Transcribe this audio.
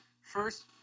First